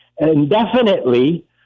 indefinitely